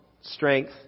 strength